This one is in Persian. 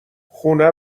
خونه